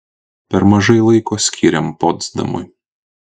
per mažai laiko skyrėm potsdamui